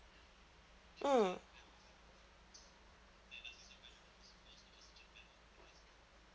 mm